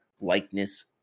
likeness